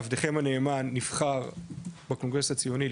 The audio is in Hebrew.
עבדכם הנאמן נבחר בקונגרס הציוני,